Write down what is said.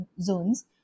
zones